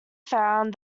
found